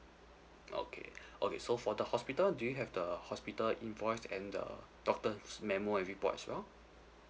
okay okay so for the hospital do you have the hospital invoice and the doctor's memo and report as well